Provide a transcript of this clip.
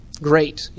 great